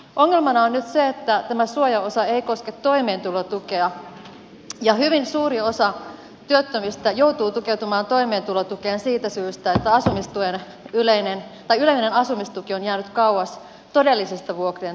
ongelmana on nyt se että tämä suojaosa ei koske toimeentulotukea ja hyvin suuri osa työttömistä joutuu tukeutumaan toimeentulotukeen siitä syystä että yleinen asumistuki on jäänyt kauas todellisesta vuokrien tasosta